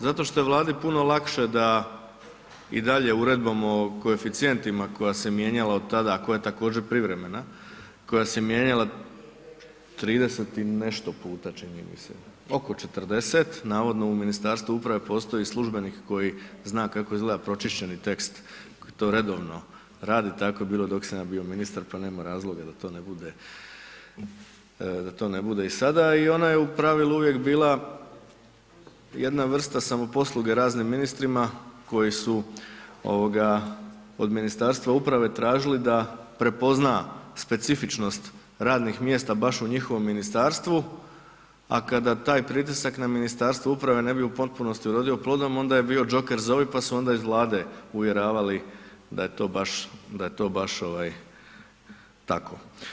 Zato što je Vladi puno lakše da i dalje Uredbom o koeficijentima koja se mijenjala od tada, a koja je također privremena, koja se mijenjala trideset i nešto puta čini mi se, oko četrdeset, navodno u Ministarstvu uprave postoji službenik koji zna kako izgleda pročišćeni tekst, to redovno radi, tako je bilo dok sam ja bio ministar pa nema razloga da to ne bude, da to ne bude i sada, i ona je u pravilu uvijek bila jedna vrsta samoposluge raznim ministrima koji su od Ministarstva uprave tražili da prepozna specifičnost radnih mjesta baš u njihovom Ministarstvu, a kada taj pritisak na Ministarstvo uprave ne bi u potpunosti urodio plodom, onda je bio jocker zovi pa su onda iz Vlade uvjeravali da je to baš, da je to baš tako.